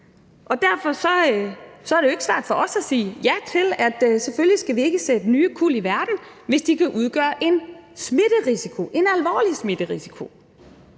Derfor er det jo ikke svært for os at sige ja til, at vi selvfølgelig ikke skal sætte nye kuld i verden, hvis de kan udgøre en smitterisiko, en alvorlig smitterisiko.